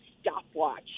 stopwatch